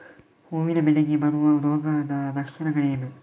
ಹೂವಿನ ಬೆಳೆಗೆ ಬರುವ ರೋಗದ ಲಕ್ಷಣಗಳೇನು?